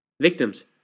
Victims